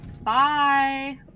Bye